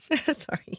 Sorry